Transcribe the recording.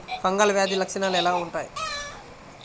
Fungal వ్యాధి లక్షనాలు ఎలా వుంటాయి?